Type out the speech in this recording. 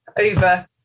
over